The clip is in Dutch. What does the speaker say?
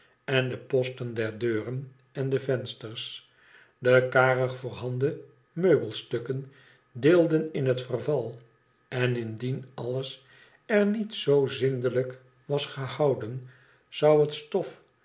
en de posten der deuren en de vensters de brig voorhanden meubelstukken deelden in het verval en indien alles er niet zoo zindelijk was gehouden zou het stof